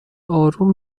آروم